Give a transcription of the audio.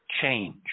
change